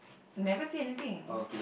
never say anything